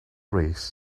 race